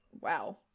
wow